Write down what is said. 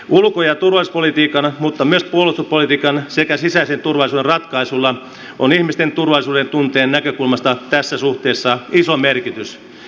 ulko ja turvallisuuspolitiikan mutta myös puolustuspolitiikan sekä sisäisen turvallisuuden ratkaisuilla on ihmisten turvallisuudentunteen näkökulmasta tässä suhteessa iso merkitys